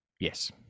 yes